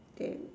damn